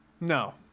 No